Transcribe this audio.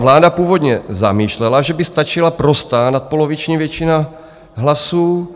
Vláda původně zamýšlela, že by stačila prostá nadpoloviční většina hlasů.